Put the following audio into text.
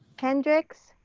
hendricks,